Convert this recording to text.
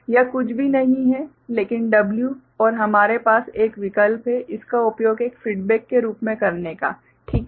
यह कुछ भी नहीं है लेकिन W और हमारे पास एक विकल्प है इसका उपयोग एक फीडबेक के रूप में करने का ठीक है